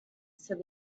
said